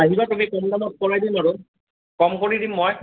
আহিবা তুমি কম দামত কৰাই দিম আৰু কম কৰি দিম মই